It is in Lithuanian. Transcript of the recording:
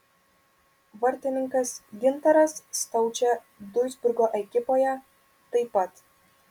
vartininkas gintaras staučė duisburgo ekipoje taip pat